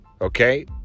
Okay